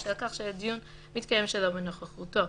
בשל כך שהדיון מתקיים שלא בנוכחותו,